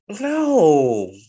No